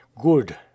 good